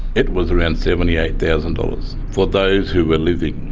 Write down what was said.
it was around seventy eight thousand dollars for those who were living,